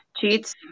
Cheats